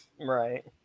Right